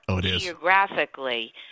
geographically